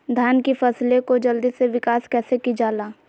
धान की फसलें को जल्दी से विकास कैसी कि जाला?